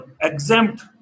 exempt